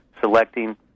selecting